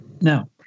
Now